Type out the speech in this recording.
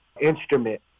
instrument